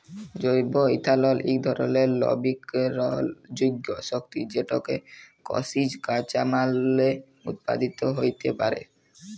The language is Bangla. জৈব ইথালল ইক ধরলের লবিকরলযোগ্য শক্তি যেটকে কিসিজ কাঁচামাললে উৎপাদিত হ্যইতে পারে